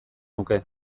nuke